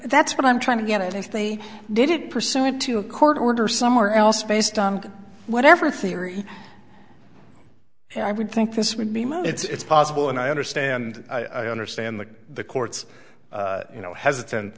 that's what i'm trying to get it if they did it pursuant to a court order somewhere else based on whatever theory i would think this would be my it's possible and i understand i understand that the courts you know hesitant